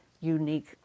unique